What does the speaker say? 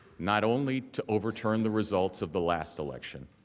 not only to overturn the results of the last election,